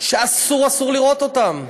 שאסור אסור לראות אותם.